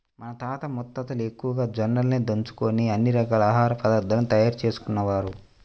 మన తాతలు ముత్తాతలు ఎక్కువగా జొన్నలనే దంచుకొని అన్ని రకాల ఆహార పదార్థాలను తయారు చేసుకునేవారు